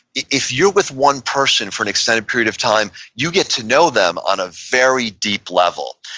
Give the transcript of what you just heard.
if you're with one person for an extended period of time, you get to know them on a very deep level.